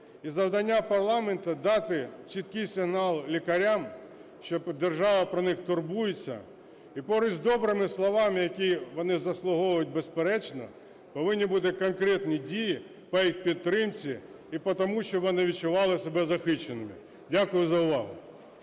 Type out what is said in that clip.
завдання парламенту дати чіткий сигнал лікарям, що держава про них турбується і поруч з добрими словами, які вони заслуговують, безперечно, повинні бути конкретні дії по їх підтримці і по тому, щоб вони відчували себе захищеними. Дякую за увагу.